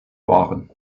waren